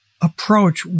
approach